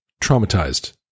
traumatized